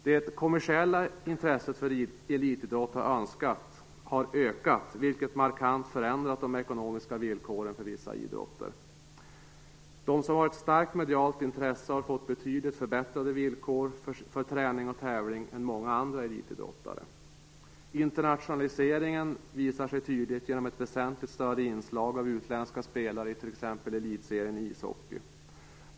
Det kommersiella intresset för elitidrott har ökat, vilket markant förändrat de ekonomiska villkoren för vissa idrotter. De som har ett starkt medialt intresse har fått betydligt förbättrade villkor för träning och tävling än många andra elitidrottare. Internationaliseringen visar sig tydligt genom ett väsentligt större inslag av utländska spelare i t.ex. Elitserien i ishockey.